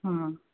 हाँ